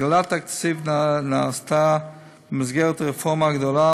הגדלת התקציב נעשתה במסגרת הרפורמה הגדולה